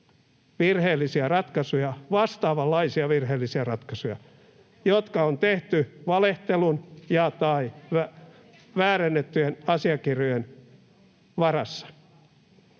virheellisiä ratkaisuja, vastaavanlaisia virheellisiä ratkaisuja, jotka on tehty valehtelun ja/tai väärennettyjen asiakirjojen varassa?